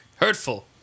Hurtful